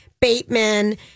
Bateman